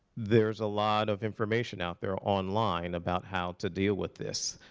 there's a lot of information out there, online, about how to deal with this.